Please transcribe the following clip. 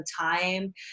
time